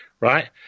right